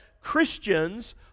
Christians